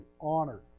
honor